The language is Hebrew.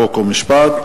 חוק ומשפט,